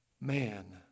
man